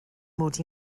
mod